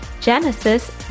Genesis